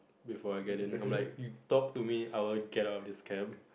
before I get in I'm like you talk to me I will get out of this cab